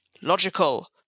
logical